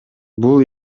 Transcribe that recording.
бул